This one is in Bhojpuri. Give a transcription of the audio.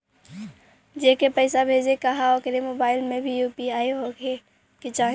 जेके पैसा भेजे के ह ओकरे मोबाइल मे भी यू.पी.आई होखे के चाही?